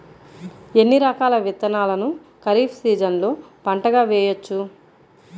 ఎన్ని రకాల విత్తనాలను ఖరీఫ్ సీజన్లో పంటగా వేయచ్చు?